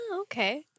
okay